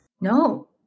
No